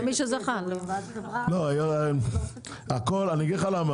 אני אגיד לך למה,